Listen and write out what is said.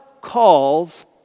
calls